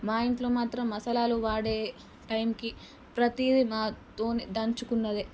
మా ఇంట్లో మాత్రం మసాలాలు వాడే టైంకి ప్రతీదీ మాతోనే దంచుకున్నది